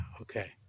Okay